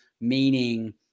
meaning